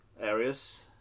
areas